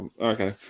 okay